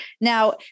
Now